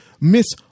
Miss